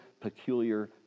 peculiar